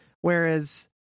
Whereas